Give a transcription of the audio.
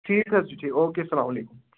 ٹھیٖک حظ چھُ ٹھیٖک او کے سلام علیکُم